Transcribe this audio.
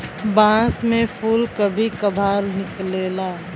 बांस में फुल कभी कभार निकलेला